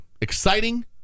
exciting